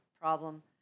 problem